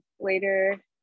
later